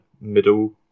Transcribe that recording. middle